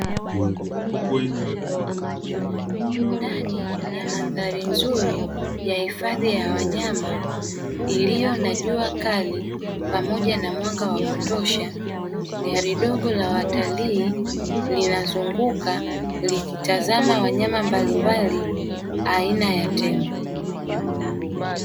Ndani ya mandhari nzuri ya hifadhi ya wanyama iliyo na jua kali pamoja na mwanga wa kutosha, gari dogo la watalii linazunguka, likitazama wanyama mbalimbali aina ya tembo.